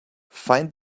find